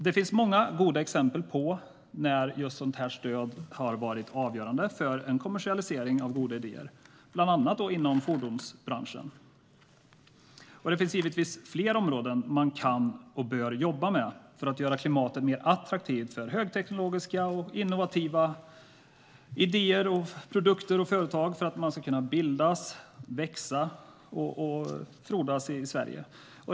Det finns många goda exempel på att sådant stöd har varit avgörande för en kommersialisering av goda idéer, bland annat inom fordonsbranschen. Det finns givetvis fler områden man kan och bör jobba med för att göra klimatet mer attraktivt för att högteknologiska och innovativa idéer, produkter och företag ska kunna bildas, växa och frodas i Sverige.